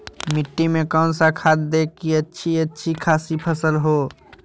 मिट्टी में कौन सा खाद दे की अच्छी अच्छी खासी फसल हो?